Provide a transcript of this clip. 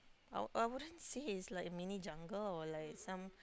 I I wouldn't say is like mini jungle or like some